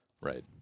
right